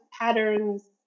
patterns